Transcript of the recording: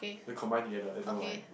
then combine together I know right